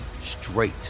straight